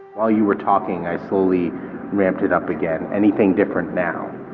while you were talking, i slowly ramped it up again. anything different now?